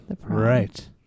Right